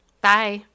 Bye